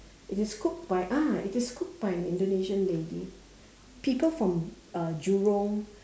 it is cooked by ah it is cooked by an Indonesian lady people from uh jurong